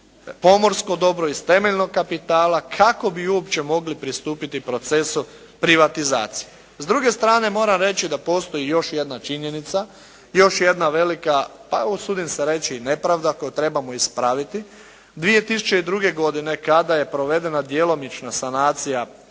pomorsko dobro iz temeljnog kapitala, kako bi uopće mogli pristupiti procesu privatizacije. S druge strane, moram reći da postoji još jedna činjenica, još jedna velika pa usudim se reći nepravda koju trebamo ispraviti. 2002. godine kada je provedena djelomična sanacija